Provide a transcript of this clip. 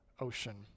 Ocean